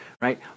Right